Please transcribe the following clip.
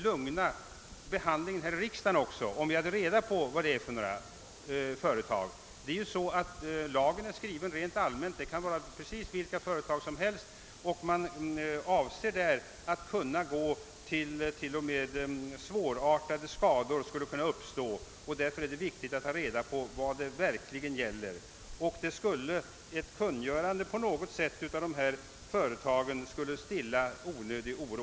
Också behandlingen här i riksdagen skulle bli lugnare, om vi visste vilka företag det gäller. Lagen är skriven helt allmänt och kan gälla vilka företag som helst, t.o.m. sådana där svårartade skador skulle kunna uppstå. Det är därför angeläget att få reda på vilka företag det är fråga om. Ett sådant kungörande skulle stilla onödig oro.